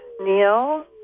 Neil